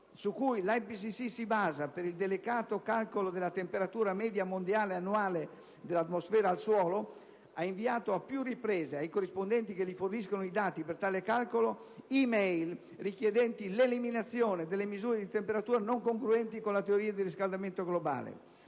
su cui l'IPCC si basa per il delicato calcolo della temperatura media mondiale annuale dell'atmosfera al suolo, ha inviato a più riprese ai corrispondenti che gli forniscono i dati per tale calcolo *e-mail* richiedenti l'eliminazione delle misure di temperatura non congruenti con la teoria del riscaldamento globale.